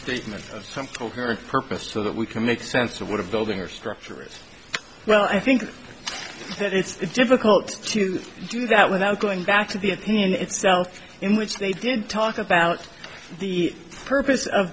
coherent purpose so that we can make sense of what a building or structure risk well i think that it's difficult to do that without going back to the opinion itself in which they did talk about the purpose of